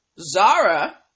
Zara